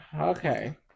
Okay